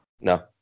No